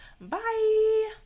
Bye